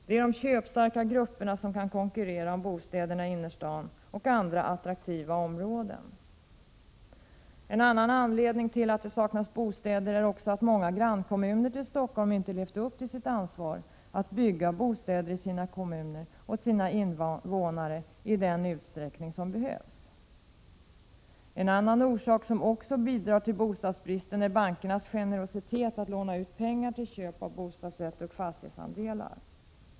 Det är de köpstarka grupperna som kan konkurrera om bostäderna i innerstaden och andra attraktiva områden. En annan anledning till att det saknas bostäder är att många grannkommuner till Stockholm inte levt upp till sitt ansvar att bygga bostäder åt sina invånare i den utsträckning som behövs. Ytterligare en bidragande orsak till bostadsbristen är bankernas generositet att låna ut pengar till köp av bostadsrätter och fastighetsandelar.